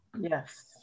Yes